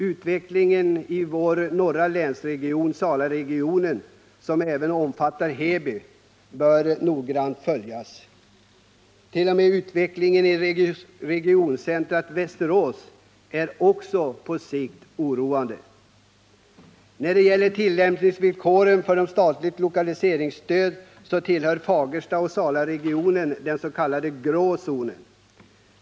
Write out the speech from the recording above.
Utvecklingen i den norra länsregionen, Salaregionen — som också omfattar Heby — bör noggrant följas. Även utvecklingen i regioncentrumet Västerås är på sikt oroande. När det gäller tillämpningsvillkor för statligt lokaliseringsstöd tillhör Fagerstaoch Salaregionen den s.k. grå zonen.